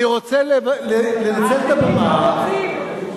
אני רוצה לנצל את הבמה, האחרים לא רוצים?